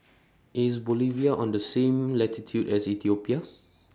IS Bolivia on The same latitude as Ethiopia